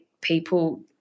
people –